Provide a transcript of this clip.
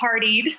partied